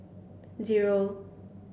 zero